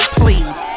please